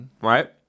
right